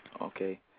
Okay